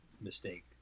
mistake